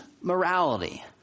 morality